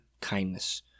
kindness